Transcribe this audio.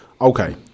Okay